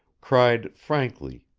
cried frankly,